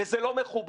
וזה לא מכובד.